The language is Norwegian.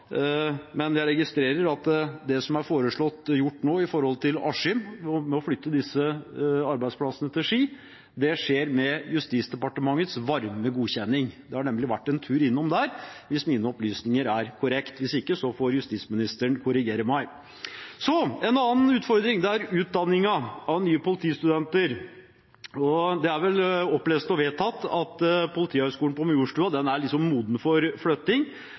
men jeg registrerer at det som er foreslått gjort nå i Askim med å flytte disse arbeidsplassene til Ski, skjer med Justisdepartementets varme godkjenning. Det har nemlig vært en tur innom der, hvis mine opplysninger er korrekte. Hvis ikke får justisministeren korrigere meg. Så til en annen utfordring: utdanningen av nye politistudenter. Det er vel opplest og vedtatt at Politihøgskolen på Majorstuen er moden for flytting